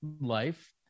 life